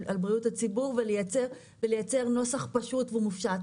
בריאות הציבור ולייצר נוסח פשוט ומופשט.